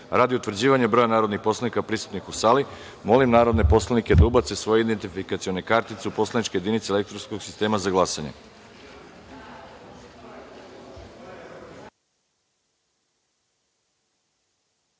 utvrđivanja broja narodnih poslanika prisutnih u sali, molim narodne poslanike da ubace svoje identifikacione kartice u poslaničke jedinice elektronskog sistema za